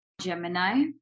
Gemini